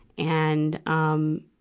and, um,